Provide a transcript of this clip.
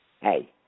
Hey